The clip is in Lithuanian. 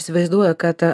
įsivaizduoju kad